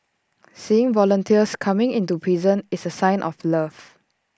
seeing volunteers coming into prison is A sign of love